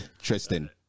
Tristan